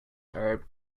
are